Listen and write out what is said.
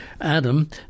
Adam